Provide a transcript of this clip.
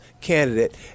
candidate